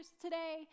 today